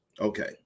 Okay